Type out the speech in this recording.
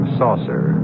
saucer